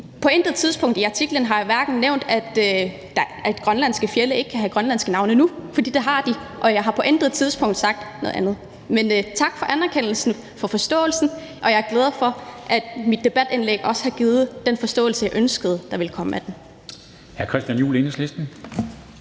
på intet tidspunkt har jeg nævnt i artiklen, at grønlandske fjelde ikke kan have grønlandske navne nu, for det har de, og jeg har på intet tidspunkt sagt noget andet. Men tak for anerkendelsen og forståelsen, og jeg er glad for, at mit debatindlæg også har givet den forståelse, jeg ønskede det ville give. Kl.